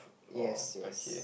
yes yes